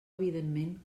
evidentment